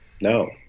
no